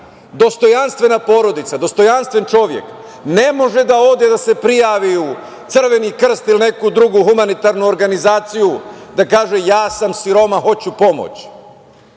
Dostojanstvena porodica, dostojanstven čovek ne može da ode da se prijavi u Crveni krst ili neku drugu humanitarnu organizaciju, da kaže – ja sam siromah, hoću pomoć.